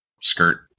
skirt